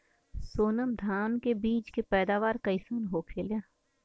सोनम धान के बिज के पैदावार कइसन होखेला?